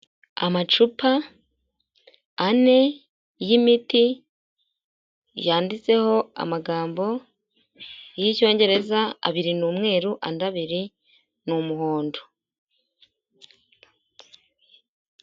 Amacupa ane y'imiti yanditseho amagambo y'icyongereza abiri ni umweru ande abiri ni umuhondo.